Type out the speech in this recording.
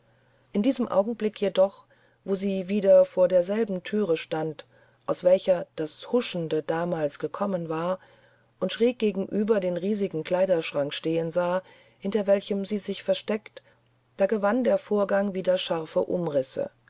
in diesem augenblick jedoch wo sie wieder vor derselben thüre stand aus welcher das huschende damals gekommen war und schräg gegenüber den riesigen kleiderschrank stehen sah hinter welchen sie sich versteckt da gewann der vorgang wieder schärfere umrisse